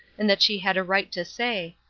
and that she had a right to say,